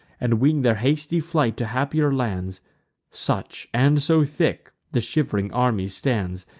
and wing their hasty flight to happier lands such, and so thick, the shiv'ring army stands,